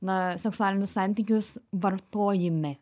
na seksualinius santykius vartojime